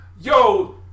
Yo